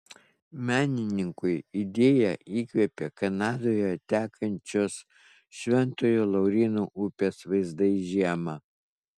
menininkui idėją įkvėpė kanadoje tekančios šventojo lauryno upės vaizdai žiemą